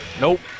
Nope